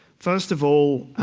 first of all,